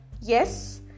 yes